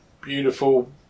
beautiful